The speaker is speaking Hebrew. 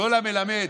כל המלמד,